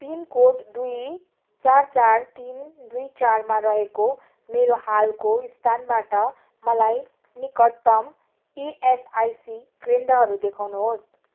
pin code दुई चार चार तिन दुई चारमा रहेको मेरो हालको स्थानबाट मलाई निकटतम इएसआइसी केन्द्रहरू देखाउनुहोस्